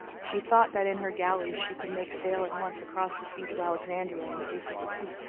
she thought that in her galleys she could make sail at once across the sea to alexandria in case of defeat,